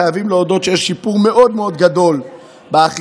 חייבים להודות שיש שיפור מאוד מאוד גדול באכיפה,